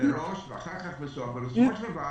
מראש ואחר כך אבל בסופו של דבר